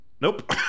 Nope